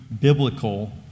biblical